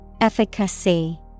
Efficacy